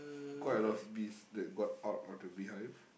quite a lot of bees that got out of the beehive